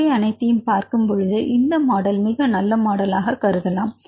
இவை அனைத்தையும் பார்க்கும் போது இந்த மாடல் மிக நல்ல மாடலாக கருதலாம்